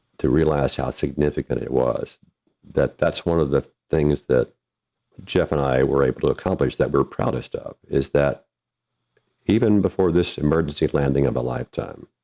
to realize how significant it was that that's one of the things that jeff and i were able to accomplish, that we're proud of stuff is that even before this emergency landing of a lifetime,